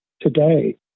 today